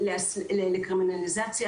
יביא לקרימינליזציה,